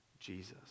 Jesus